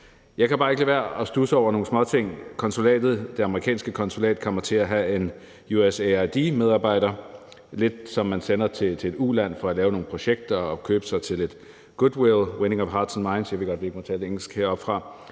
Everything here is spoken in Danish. Jeg kan bare ikke lade være med at studse over nogle småting. Det amerikanske konsulat kommer til at have en USAID-medarbejder, lidt som man sender til et uland for at lave nogle projekter og købe sig til lidt goodwill – winning of hearts and minds, ville man sige i et